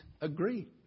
agree